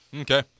Okay